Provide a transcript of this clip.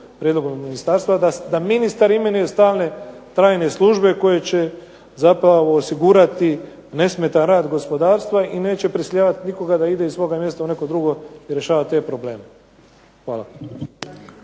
prijedlogu ministarstva, da ministar imenuje stalne trajne službe koje će zapravo osigurati nesmetan rad gospodarstva i neće prisiljavat nikoga da ide iz svoga mjesta u neko drugo rješavat te probleme. Hvala.